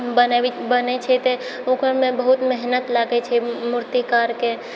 बने भी बने छै तऽ ओकरमे बहुत मेहनत लगै छै मूर्तिकारके